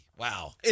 Wow